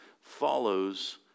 follows